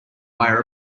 wire